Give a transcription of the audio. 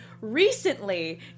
recently